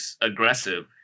aggressive